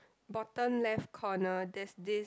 bottom left corner there's this